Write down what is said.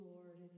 Lord